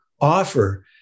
offer